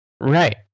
right